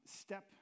step